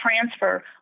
transfer